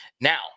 Now